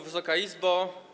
Wysoka Izbo!